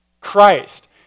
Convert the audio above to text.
Christ